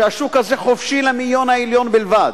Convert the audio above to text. שהשוק הזה חופשי למאיון העליון בלבד.